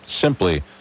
simply